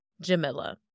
Jamila